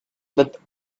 with